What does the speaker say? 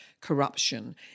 corruption